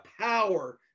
power